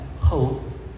hope